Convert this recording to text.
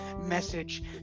message